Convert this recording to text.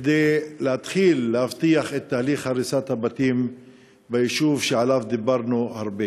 כדי להתחיל להבטיח את תהליך הריסת הבתים ביישוב שעליו דיברנו כאן הרבה.